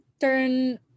turn